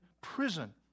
prison